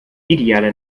idealer